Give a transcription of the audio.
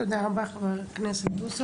תודה רבה חבר הכנסת בוסו.